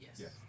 Yes